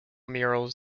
murals